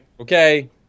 Okay